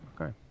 Okay